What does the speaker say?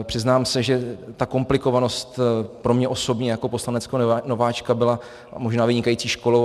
Přiznám se, že ta komplikovanost pro mě osobně jako poslaneckého nováčka byla možná vynikající školou.